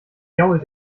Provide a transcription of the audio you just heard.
jault